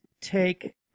take